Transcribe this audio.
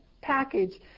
package